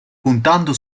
puntando